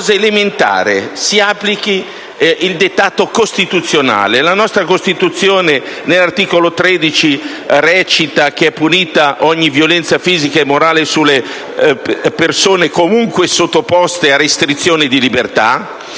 semplicemente si applichi il dettato costituzionale. La nostra Costituzione all'articolo 13, quarto comma, recita: «È punita ogni violenza fisica e morale sulle persone comunque sottoposte a restrizioni di libertà».